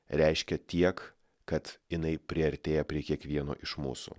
reiškia tiek kad jinai priartėja prie kiekvieno iš mūsų